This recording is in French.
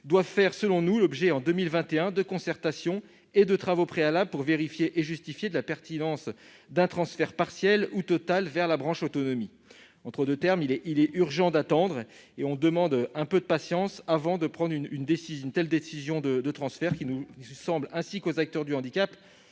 doivent faire, selon nous, l'objet de concertation et de travaux préalables en 2021, afin de vérifier et de justifier de la pertinence d'un transfert partiel ou total vers la branche autonomie. En d'autres termes, il est urgent d'attendre. Nous demandons un peu de patience avant de prendre une telle décision de transfert, qui nous semble, ainsi qu'aux acteurs du handicap,